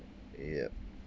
yup